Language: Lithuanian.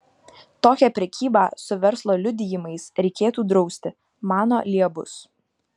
tokią prekybą su verslo liudijimais reikėtų drausti mano liebus